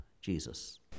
Jesus